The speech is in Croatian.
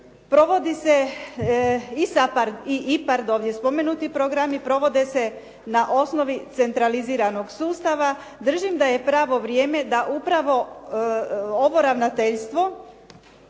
provodi se i SAPARD i IPARD ovdje spomenuti programi provode se na osnovi centraliziranog sustava, držim da je pravo vrijeme da upravo ovo ravnateljstvo